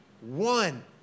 one